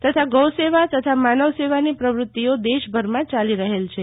તથા ગૌ સેવા તથા માનવસેવાની પ્ર્વુંતિઓ દેશભરમાં ચાલી રહ્યી છે